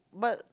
but